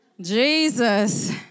Jesus